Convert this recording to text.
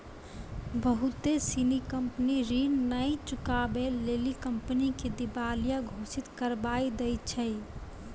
बहुते सिनी कंपनी ऋण नै चुकाबै लेली कंपनी के दिबालिया घोषित करबाय दै छै